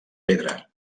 pedra